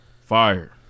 Fire